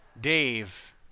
Dave